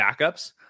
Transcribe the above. backups